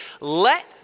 Let